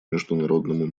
международному